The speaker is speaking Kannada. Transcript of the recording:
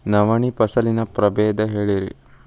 ನವಣಿ ಫಸಲಿನ ಪ್ರಭೇದ ಹೇಳಿರಿ